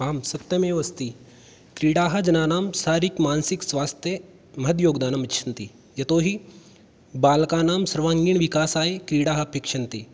आं सत्यमेव अस्ति क्रीडाः जनानां शारीरिकमानसिकस्वास्थ्ये महद् योगदानम् यच्छन्ति यतोहि बालकानां सर्वाङ्गीणविकासाय क्रीडाः अपेक्ष्यन्ते